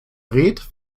dreht